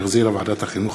שהחזירה ועדת החינוך,